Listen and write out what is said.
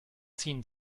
ziehen